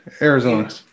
arizona